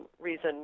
reason